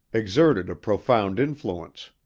exerted a profound influence.